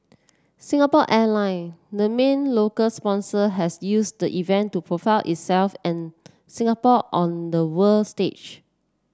Singapore Airline the main local sponsor has used the event to profile itself and Singapore on the world stage